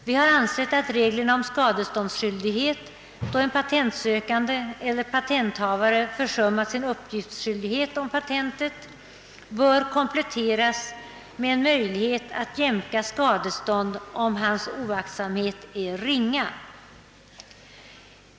Vi har ansett att reglerna om skadeståndsskyldighet då en patentsökande eller patenthavare försummat sin uppgiftsskyldighet om patentet bör kompletteras med en möjlighet att jämka skadestånd om hans oaktsamhet är ringa.